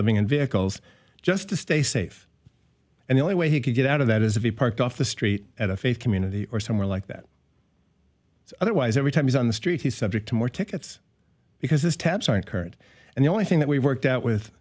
living in vehicles just to stay safe and the only way he could get out of that is if he parked off the street at a faith community or somewhere like that otherwise every time he's on the street he's subject to more tickets because his tabs aren't heard and the only thing that we've worked out with